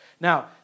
Now